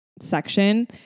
section